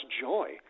joy